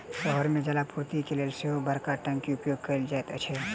शहर मे जलापूर्तिक लेल सेहो बड़का टंकीक उपयोग कयल जाइत छै